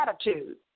attitude